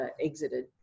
exited